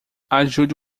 ajude